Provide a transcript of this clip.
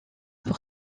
pour